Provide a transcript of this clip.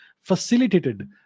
facilitated